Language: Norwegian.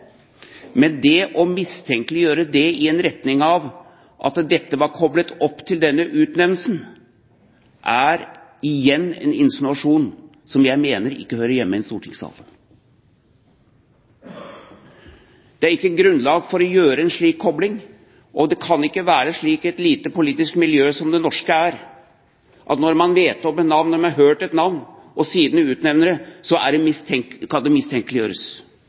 Men det å mistenkeliggjøre det i retning av at dette var koblet opp mot denne utnevnelsen, er igjen en insinuasjon, som jeg mener ikke hører hjemme i stortingssalen. Det er ikke grunnlag for å gjøre en slik kobling, og det kan ikke være slik i et lite politisk miljø som det norske er, at når man vet om et navn, man har hørt om et navn og siden utnevner denne, kan det mistenkeliggjøres.